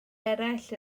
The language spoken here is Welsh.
eraill